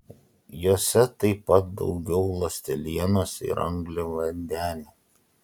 jose taip pat daugiau ląstelienos ir angliavandenių